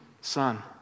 son